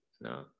no